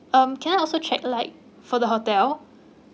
um can I also check like for the hotel